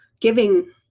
giving